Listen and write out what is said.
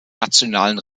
nationalen